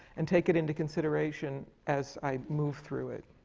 and take it into consideration as i move through it.